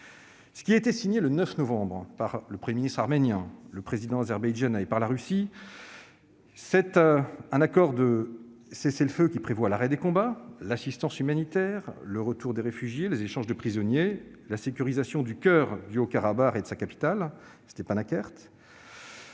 Ce qui a été signé le 9 novembre par le premier ministre arménien, par le président azerbaïdjanais et par la Russie, c'est un accord de cessez-le-feu qui prévoit l'arrêt des combats, l'assistance humanitaire, le retour des réfugiés, les échanges de prisonniers, la sécurisation du coeur du Haut-Karabagh et de sa capitale, Stepanakert.